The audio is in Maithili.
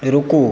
रुकू